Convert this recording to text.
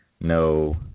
no